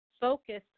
focused